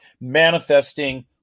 manifesting